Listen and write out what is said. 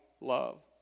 love